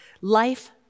Life